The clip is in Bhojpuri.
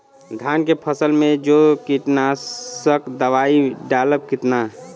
धान के फसल मे जो कीटानु नाशक दवाई डालब कितना?